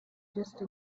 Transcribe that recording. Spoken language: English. just